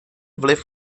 vliv